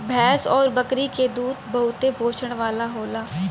भैंस आउर बकरी के दूध बहुते पोषण वाला होला